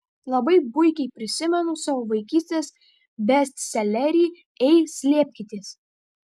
labai puikiai prisimenu savo vaikystės bestselerį ei slėpkitės